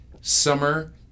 summer